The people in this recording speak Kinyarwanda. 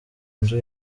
nzu